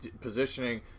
positioning